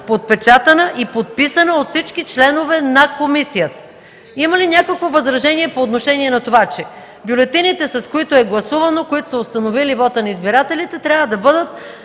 подпечатана и подписана от всички членове на комисията. Има ли някой възражение по отношение на това, че бюлетините, с които е гласувано, които са установили вота на избирателите, трябва да бъдат